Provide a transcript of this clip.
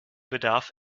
bedarf